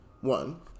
one